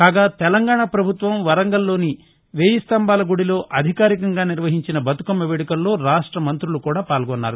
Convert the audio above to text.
కాగా తెలంగాణా ప్రభుత్వం వరంగల్ లోని వేయి స్తంభాల గుడిలో అధికారికంగా నిర్వహించిన బతుకమ్న వేడుకల్లో రాష్ట్ల మంతులు పాల్గొన్నారు